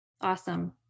awesome